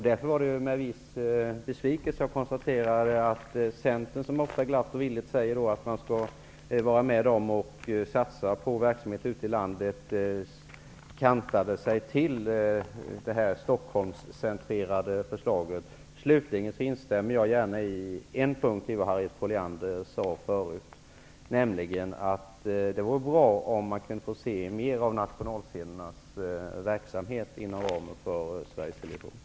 Därför var det med viss besvikelse som jag konstaterade att Centern, som ofta glatt och villigt säger att man skall vara med om att satsa på verksamhet ute i landet, ställde sig bakom detta Slutligen instämmer jag gärna på en punkt i det som Harriet Colliander sade, nämligen att det vore bra om man kunde få se mer av nationalscenernas verksamhet inom ramen för Sveriges Television.